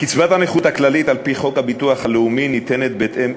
קצבת הנכות הכללית על-פי חוק הביטוח הלאומי ניתנת בהתאם,